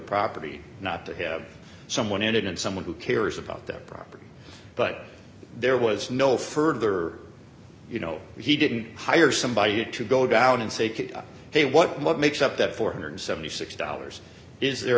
property not to have someone in it and someone who cares about that property but there was no further you know he didn't hire somebody to go down and say can they what makes up that four hundred and seventy six dollars is there